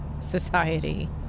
society